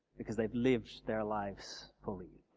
because they've lived their lives fully.